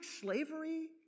slavery